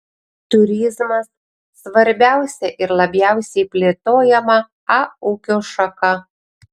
turizmas svarbiausia ir labiausiai plėtojama a ūkio šaka